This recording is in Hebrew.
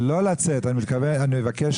לא לצאת, אני מבקש